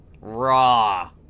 Raw